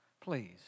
please